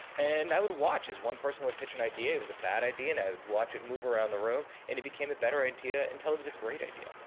and i would watch as one person would pitch an idea. it was a bad idea. and i would watch it move around the room. and it became a better idea until it was a great idea.